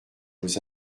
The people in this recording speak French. nos